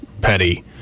petty